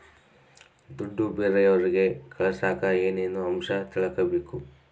ದುಡ್ಡು ಬೇರೆಯವರಿಗೆ ಕಳಸಾಕ ಏನೇನು ಅಂಶ ತಿಳಕಬೇಕು?